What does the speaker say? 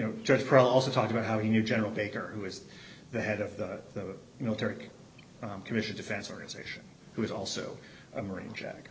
know just pro also talk about how he knew general baker who is the head of the military commission defense organization who is also a marine